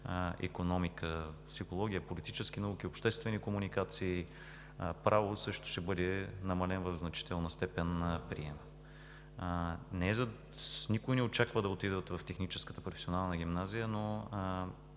„Икономика“, „Психология“, политически науки, обществени комуникации. За „Право“ приемът също ще бъде намален в значителна степен. Никой не очаква да отидат в техническа професионална гимназия, но